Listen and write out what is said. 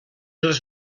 els